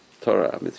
Torah